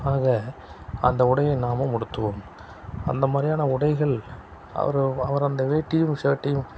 ஆக அந்த உடையை நாமும் உடுத்துவோம் அந்த மாதிரியான உடைகள் அவர் அவர் அந்த வேட்டியும் ஷர்டையும்